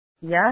Yes